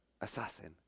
assassin